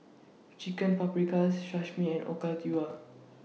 Chicken Paprikas Sashimi and Okayu